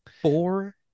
four